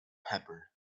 pepper